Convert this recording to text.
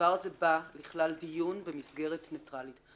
והדבר הזה בא לכלל דיון במסגרת ניטרלית.